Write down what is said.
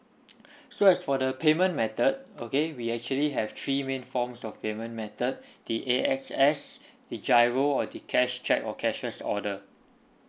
so as for the payment method okay we actually have three main forms of payment method the A_X_S the G_I_R_O or the cash cheque or cashier's order